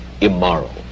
immoral